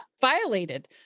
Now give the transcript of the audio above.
violated